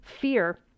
fear